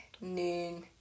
noon